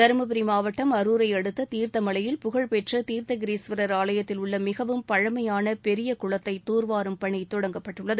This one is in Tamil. தருமபுரி மாவட்டம் அருரை அடுத்த தீர்த்தமலையில் புகழ்பெற்ற தீர்த்த கிரீஸ்வரர் ஆலயத்தில் உள்ள மிகவும் பழமையான பெரிய குளத்தை தூர்வாறும் பணி தொடங்கப்பட்டுள்ளது